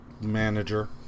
manager